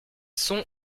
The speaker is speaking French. sont